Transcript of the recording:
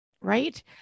right